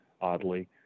oddly